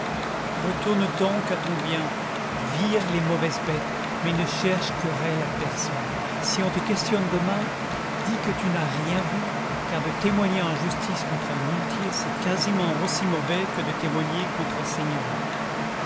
retourne donc à ton bien vire les mauvaises bêtes mais ne cherche querelle à personne si on te questionne demain dis que tu n'as rien vu car de témoigner en justice contre un muletier c'est quasiment aussi mauvais que de témoigner contre un seigneur